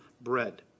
bread